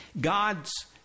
God's